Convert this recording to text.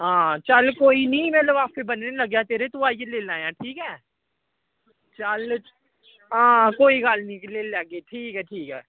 हां चल कोई नेईं में लिफाफे ब'न्नन लगेआं तू आइयै लेई लेआं ठीक ऐ चल हां कोई गल्ल नेईं लेई लैगे ठीक ऐ ठीक ऐ